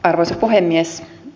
arvoisa puhemies